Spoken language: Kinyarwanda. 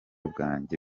bwanjye